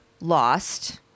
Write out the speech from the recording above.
lost